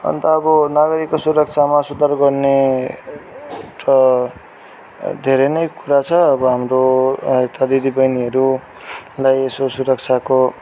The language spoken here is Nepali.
अन्त अब नागरिकको सुरक्षामा सुधार गर्ने त धेरै नै कुरा छ अब हाम्रो यता दिदी बहिनीहरूलाई सुरक्षाको